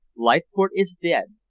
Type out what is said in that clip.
leithcourt is dead.